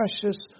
precious